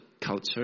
culture